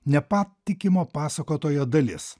nepatikimo pasakotojo dalis